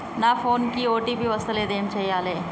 నా ఫోన్ కి ఓ.టీ.పి వస్తలేదు ఏం చేయాలే?